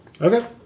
okay